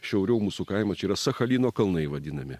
šiauriau mūsų kaimo čia yra sachalino kalnai vadinami